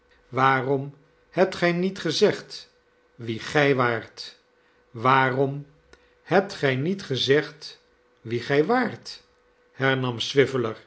waarom hebt gij niet gezegd wie gij waart waarom hebt gij niet gezegd wie gij waart